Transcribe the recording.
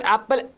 Apple